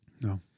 No